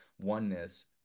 oneness